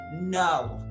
no